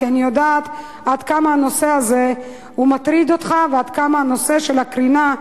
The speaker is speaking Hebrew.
כי אני יודעת עד כמה הנושא הזה מטריד אותך ועד כמה הנושא של הקרינה,